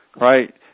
right